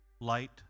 light